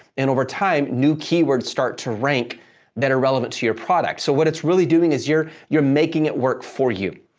and over time, new keywords start to rank that are relevant to your product. so, what it's really doing is, you're making it work for you.